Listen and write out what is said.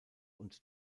und